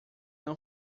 não